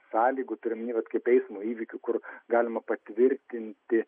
sąlygų turiu omeny vat kaip eismo įvykių kur galima patvirtinti